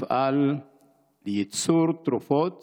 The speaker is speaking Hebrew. מפעל לייצור תרופות